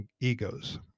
egos